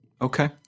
Okay